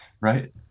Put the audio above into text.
right